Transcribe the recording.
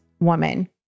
woman